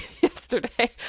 yesterday